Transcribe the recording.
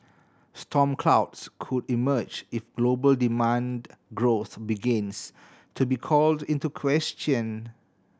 storm clouds could emerge if global demand growth begins to be called into question